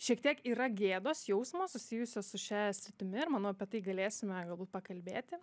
šiek tiek yra gėdos jausmo susijusio su šia sritimi ir manau apie tai galėsime galbūt pakalbėti